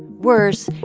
worse,